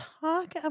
talk